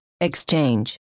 exchange